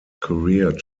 career